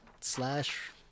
slash